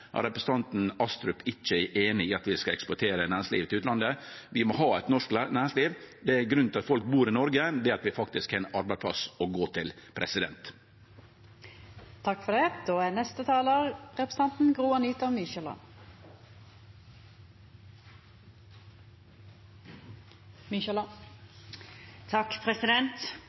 representanten Astrup ikkje er einig i at vi skal eksportere næringslivet til utlandet. Vi må ha eit norsk næringsliv. Grunnen til at folk bur i Noreg, er at dei faktisk har ein arbeidsplass å gå til.